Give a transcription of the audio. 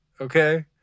okay